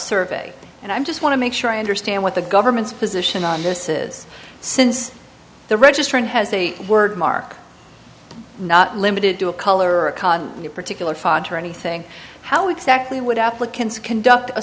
survey and i just want to make sure i understand what the government's position on this is since the registrant has a word mark not limited to a color a con a particular font or anything how exactly would applicants conduct a